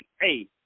hey